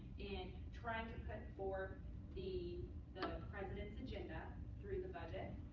and trying to cut for the the president's agenda through the budget.